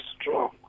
strong